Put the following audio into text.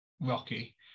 Rocky